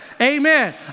Amen